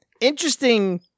Interesting